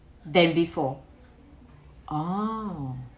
than before oh